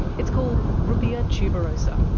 it's called ruppia tuberosa.